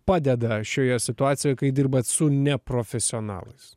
padeda šioje situacijoj kai dirbate su neprofesionalais